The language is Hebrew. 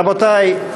רבותי,